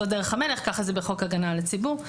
זאת דרך המלך וכך זה בחוק הגנה על הציבור.